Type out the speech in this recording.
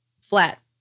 flat